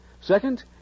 Second